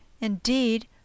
indeed